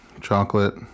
chocolate